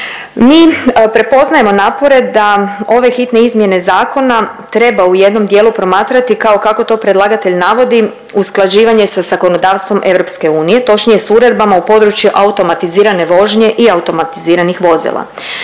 Mi prepoznajemo napore da ove hitne izmjene zakona treba u jednom dijelu promatrati kao kako to predlagatelj navodi usklađivanje sa zakonodavstvom EU točnije s uredbama u području automatizirane vožnje i automatiziranih vozila.